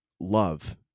love